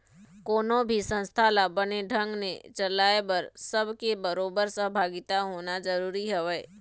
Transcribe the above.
कोनो भी संस्था ल बने ढंग ने चलाय बर सब के बरोबर सहभागिता होना जरुरी हवय